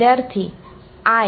विद्यार्थीः I